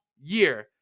year